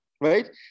right